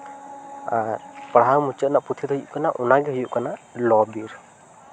ᱟᱨ ᱯᱟᱲᱦᱟᱣ ᱢᱩᱪᱟᱸᱫ ᱨᱮᱱᱟᱜ ᱯᱩᱛᱷᱤ ᱫᱚ ᱦᱩᱭᱩᱜ ᱠᱟᱱᱟ ᱚᱱᱟᱜᱮ ᱦᱩᱭᱩᱜ ᱠᱟᱱᱟ ᱞᱚᱼᱵᱤᱨ